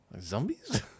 Zombies